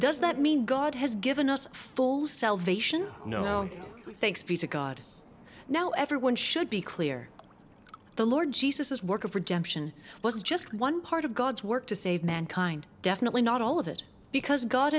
does that mean god has given us full salvation no thanks be to god now everyone should be clear the lord jesus is work of redemption was just one part of god's work to save mankind definitely not all of it because god